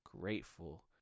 grateful